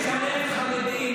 אני חרדי או לא חרדי?